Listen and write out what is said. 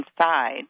inside